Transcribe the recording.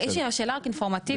יש לי שאלה אינפורמטיבית.